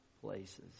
places